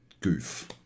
goof